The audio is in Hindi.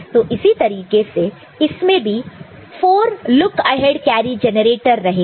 तो इसी तरीके से इसमें भी 4 लुक अहेड कैरी जेनरेटर रहेंगे